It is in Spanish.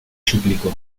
suplicó